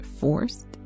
forced